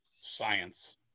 Science